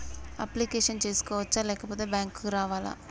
Application చేసుకోవచ్చా లేకపోతే bank రావాలా?